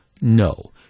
No